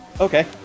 okay